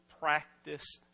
practice